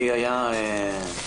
לי היה חשוב